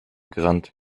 gerannt